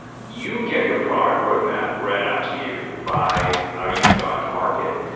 you get your product roadmap read out to you by how you've gone to market.